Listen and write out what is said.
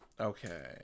okay